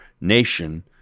nation